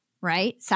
Right